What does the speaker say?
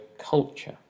culture